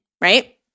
right